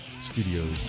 Studios